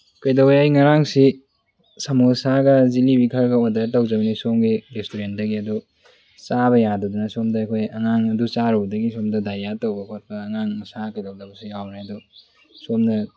ꯀꯩꯗꯧꯋꯦ ꯑꯩ ꯉꯔꯥꯡꯁꯤ ꯁꯃꯣꯁꯥꯒ ꯖꯤꯂꯤꯕꯤ ꯈꯔꯒ ꯑꯣꯔꯗꯔ ꯇꯧꯖꯕꯅꯤ ꯁꯣꯝꯒꯤ ꯔꯦꯁꯇꯨꯔꯦꯟꯗꯒꯤ ꯑꯗꯨ ꯆꯥꯕ ꯌꯥꯗꯗꯅ ꯁꯣꯝꯗ ꯑꯩꯈꯣꯏ ꯑꯉꯥꯡ ꯑꯗꯨ ꯆꯥꯔꯨꯕꯗꯒꯤ ꯁꯣꯝꯗ ꯗꯥꯏꯔꯤꯌꯥ ꯇꯧꯕ ꯈꯣꯠꯄ ꯑꯉꯥꯡ ꯃꯁꯥ ꯀꯩꯗꯧꯅꯕꯁꯨ ꯌꯥꯎꯔꯦ ꯑꯗꯨ ꯁꯣꯝꯅ